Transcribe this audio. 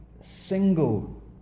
single